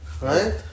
Right